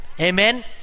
Amen